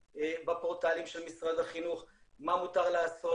בפורטלים של משרד החינוך מה מותר לעשות,